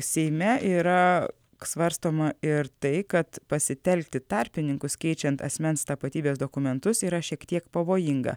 seime yra svarstoma ir tai kad pasitelkti tarpininkus keičiant asmens tapatybės dokumentus yra šiek tiek pavojinga